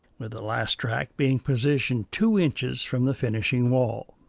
with the last track being positioned two inches from the finishing wall.